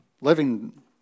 living